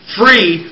free